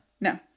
No